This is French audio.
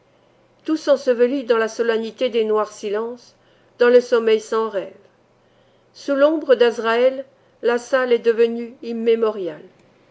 tout s'ensevelit dans la solennité des noirs silences dans le sommeil sans rêves sous l'ombre d'azraël la salle est devenue immémoriale